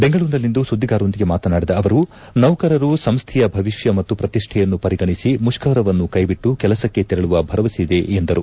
ಬೆಂಗಳೂರಿನಲ್ಲಿಂದು ಸುದ್ದಿಗಾರರೊಂದಿಗೆ ಮಾತನಾಡಿದ ಅವರು ನೌಕರರು ಸಂಸ್ಥೆಯ ಭವಿಷ್ತ ಮತ್ತು ಪ್ರತಿಷ್ಠೆಯನ್ನು ಪರಿಗಣಿಸಿ ಮುಷ್ತರವನ್ನು ಕೈಬಿಟ್ಟು ಕೆಲಸಕ್ಕೆ ತೆರಳುವ ಭರವಸೆಯಿದೆ ಎಂದರು